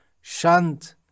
shant